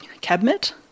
cabinet